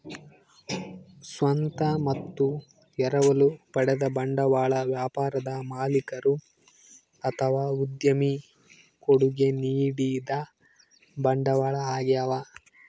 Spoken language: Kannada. ಸ್ವಂತ ಮತ್ತು ಎರವಲು ಪಡೆದ ಬಂಡವಾಳ ವ್ಯಾಪಾರದ ಮಾಲೀಕರು ಅಥವಾ ಉದ್ಯಮಿ ಕೊಡುಗೆ ನೀಡಿದ ಬಂಡವಾಳ ಆಗ್ಯವ